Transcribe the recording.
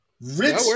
Rich